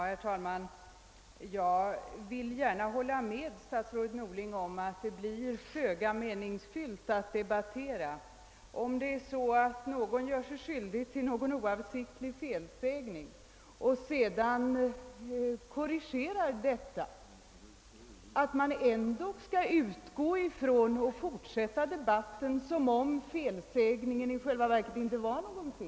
Herr talman! Jag vill gärna hålla med statsrådet Norling om att det blir föga meningsfyllt att debattera om man, när någon gör sig skyldig till en oavsiktlig felsägning och sedan korrigerar denna, fortsätter debatten som om felsägningen i själva verket inte hade gjorts.